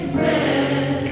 Amen